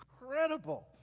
incredible